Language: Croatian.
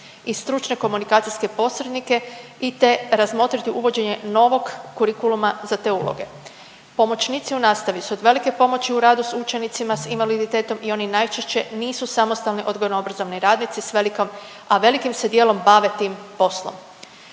i stručne komunikacijske posrednike i te razmotriti uvođenje novog kurikuluma za te uloge. Pomoćnici u nastavi su od velike pomoći u radu s učenicima s invaliditetom i oni najčešće nisu samostalni odgojno-obrazovni radnici s velikom, a velikim se dijelom bave tim poslom.